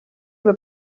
were